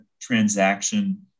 transaction